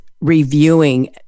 reviewing